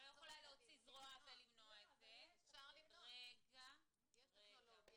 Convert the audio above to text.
אני לא יכולה להוציא זרוע ולמנוע את זה --- אבל יש טכנולוגיה.